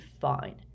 fine